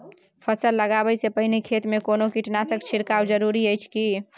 फसल लगबै से पहिने खेत मे कोनो कीटनासक छिरकाव जरूरी अछि की?